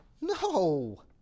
No